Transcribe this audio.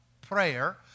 prayer